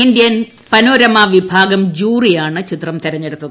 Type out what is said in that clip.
India panorama വിഭാഗം ജൂറിയാണ് ചിത്രം തെരഞ്ഞടുത്ത്